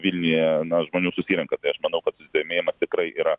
vilniuje na žmonių susirenka tai aš manau kad susidomėjimas tikrai yra